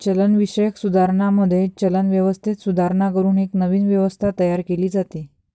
चलनविषयक सुधारणांमध्ये, चलन व्यवस्थेत सुधारणा करून एक नवीन व्यवस्था तयार केली जाते